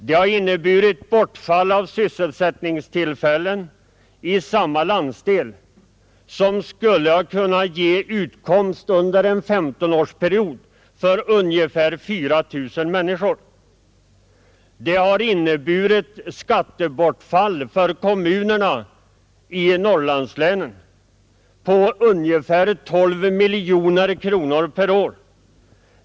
Det har inneburit bortfall av sysselsättningstillfällen i samma landsdel vilka skulle ha kunnat ge utkomst under en 15-årsperiod för ungefär 4 000 människor. Det har vidare inneburit skattebortfall för kommunerna i Norrlandslänen på ungefär 12 miljoner kronor per år.